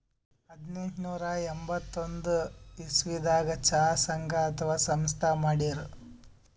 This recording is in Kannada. ಹದನೆಂಟನೂರಾ ಎಂಬತ್ತೊಂದ್ ಇಸವಿದಾಗ್ ಚಾ ಸಂಘ ಅಥವಾ ಸಂಸ್ಥಾ ಮಾಡಿರು